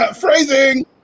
Phrasing